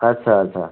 ଆଚ୍ଛା ଆଚ୍ଛା